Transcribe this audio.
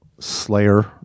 slayer